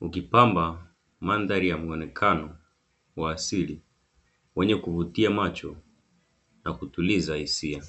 ukipamba mandhari ya muonekano wa asili wenye kuvutia macho na kutuliza hisia.